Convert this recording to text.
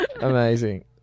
amazing